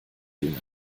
jünger